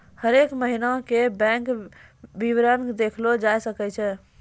हरेक महिना के बैंक विबरण देखलो जाय सकै छै